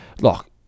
Look